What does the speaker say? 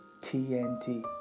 TNT